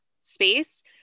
space